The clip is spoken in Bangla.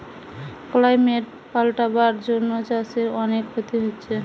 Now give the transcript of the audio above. ক্লাইমেট পাল্টাবার জন্যে চাষের অনেক ক্ষতি হচ্ছে